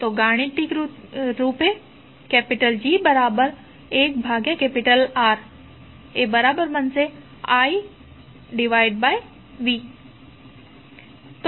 હવે તે ગાણિતિકરૂપે G1Riv તરીકે વ્યક્ત કરી શકાય છે